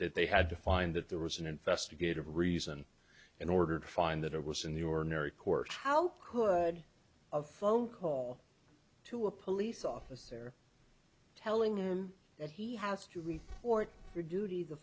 that they had to find that there was an investigative reason in order to find that it was in the ordinary course how could of call to a police officer there telling him that he has to report for duty the